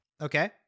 Okay